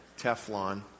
Teflon